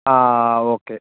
ആ ഒക്കെ